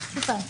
עוד פעם,